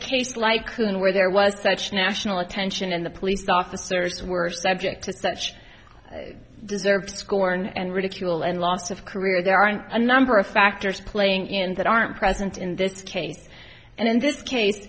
and where there was such national attention in the police officers were subject to such deserved scorn and ridicule and loss of career there aren't a number of factors playing in that aren't present in this case and in this case